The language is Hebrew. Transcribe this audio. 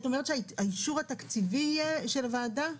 את אומרת שהאישור התקציבי יהיה של הוועדה?